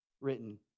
written